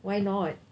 why not